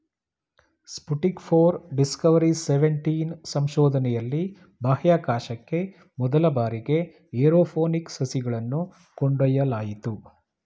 Sputnik four, Discovery seventeen ಸಂಶೋಧನೆಯಲ್ಲಿ ಬಾಹ್ಯಾಕಾಶಕ್ಕೆ ಮೊದಲ ಬಾರಿಗೆ ಏರೋಪೋನಿಕ್ ಸಸಿಗಳನ್ನು ಕೊಂಡೊಯ್ಯಲಾಯಿತು